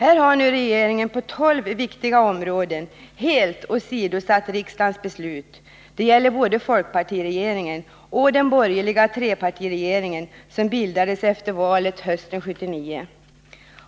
Här har nu regeringen på tolv viktiga områden helt åsidosatt riksdagens beslut — det gäller både folkpartiregeringen och den borgerliga trepartiregering som bildades efter valet hösten 1979.